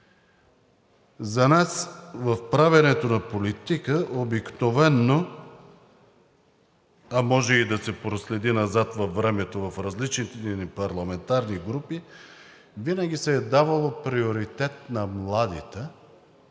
за нас в правенето на политика обикновено, а може и да се проследи назад във времето в различните ни парламентарни групи винаги се е давало приоритет на младите